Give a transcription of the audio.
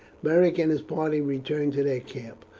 beric and his party returned to their camp.